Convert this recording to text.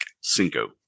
cinco